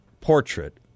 portrait